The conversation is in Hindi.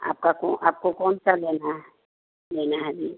आपका कों आपको कौन सा लेना है लेना है जी